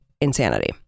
insanity